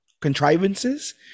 contrivances